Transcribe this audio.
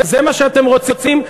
זה מה שאתם רוצים?